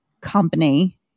company